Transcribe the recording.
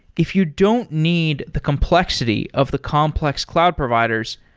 if you don't need the complexity of the complex cloud providers,